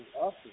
Awesome